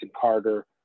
Carter